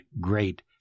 great